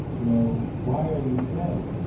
you know why are you sad?